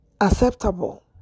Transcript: acceptable